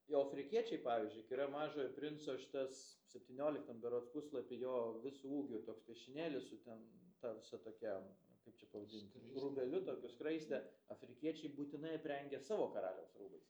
jo afrikiečiai pavyzdžiui kai yra mažojo princo šitas septynioliktam berods puslapy jo visu ūgiu toks piešinėlis su ten ta visa tokia kaip čia pavadinti rūbeliu tokiu skraiste afrikiečiai būtinai aprengia savo karaliaus rūbais